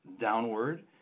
downward